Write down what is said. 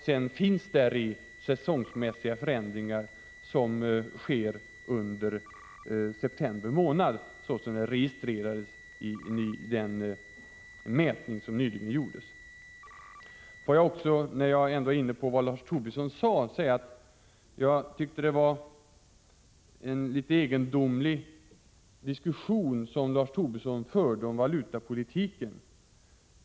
Sedan finns det däri säsongsmässiga förändringar, såsom de som skedde under september månad och registrerades i den mätning som nyligen redovisades. Får jag, när jag ändå är inne på vad Lars Tobisson sade, också säga att jag tyckte det var en litet egendomlig diskussion han förde om valutapolitiken.